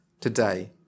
today